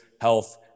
health